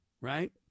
right